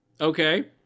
Okay